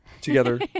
together